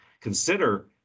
consider